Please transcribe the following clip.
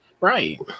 right